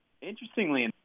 interestingly